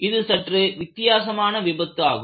இது சற்று வித்தியாசமான விபத்து ஆகும்